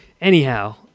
Anyhow